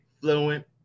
fluent